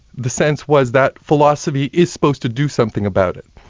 the sense was that philosophy is supposed to do something about it.